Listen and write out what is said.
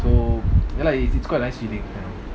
so ya lah it's it's quite a nice feeling you know